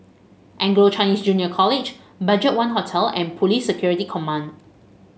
Anglo Chinese Junior College BudgetOne Hotel and Police Security Command